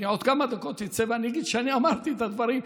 בעוד כמה דקות אצא ואגיד שאני אמרתי את הדברים,